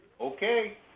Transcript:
Okay